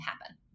happen